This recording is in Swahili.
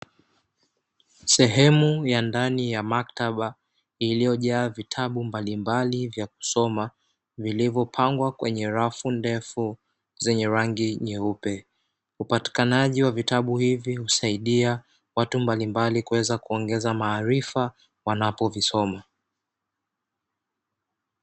Sehemu ya ndani ya maktaba iliyojaa vitabu mbalimbali vya kusoma vilivyopangwa kwenye rafu ndefu zenye rangi nyeupe. Upatikanaji wa vitabu hivi husaidia watu mbalimbali kuweza kuongeza maarifa wanapovisoma.